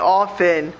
often